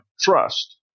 trust